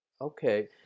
Okay